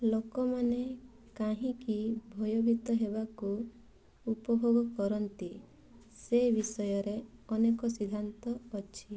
ଲୋକମାନେ କାହିଁକି ଭୟଭୀତ ହେବାକୁ ଉପଭୋଗ କରନ୍ତି ସେ ବିଷୟରେ ଅନେକ ସିଦ୍ଧାନ୍ତ ଅଛି